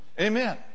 Amen